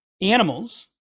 animals